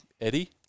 Eddie